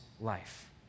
life